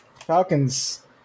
Falcons